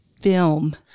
film